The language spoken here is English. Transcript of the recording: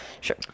Sure